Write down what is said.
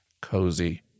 cozy